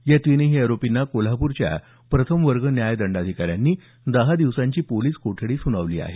या तीनही आरोपींना कोल्हापूरच्या प्रथम वर्ग न्यायदंडाधिकाऱ्यांनी दहा दिवसांची पोलिस कोठडी सुनावली आहे